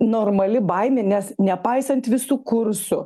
normali baimė nes nepaisant visų kursų